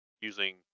using